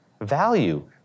value